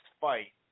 fight